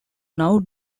now